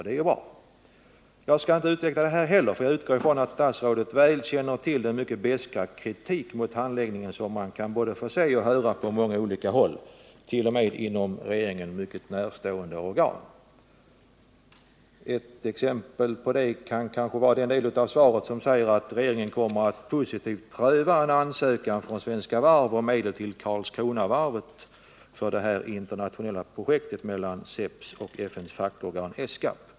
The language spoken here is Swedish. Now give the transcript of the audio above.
Det är bra. Jag skall inte utveckla dessa tankegångar vidare heller för jag utgår från att statsrådet väl känner till den mycket beska kritik mot handläggningen som man kan få se och höra på många olika håll —t.o.m. inom regeringen mycket närstående organ. Ett exempel på det kan kanske vara den del av svaret som säger att regeringen kommer att positivt pröva en ansökan från Svenska Varv om medel till Karlskronavarvet för det internationella projektet mellan SEPS och FN:s fackorgan ESCAP.